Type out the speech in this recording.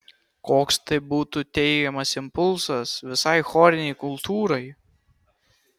koks tai būtų teigiamas impulsas visai chorinei kultūrai